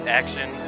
action